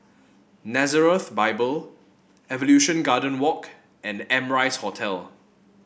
Nazareth Bible Evolution Garden Walk and Amrise Hotel